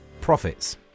profits